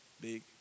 big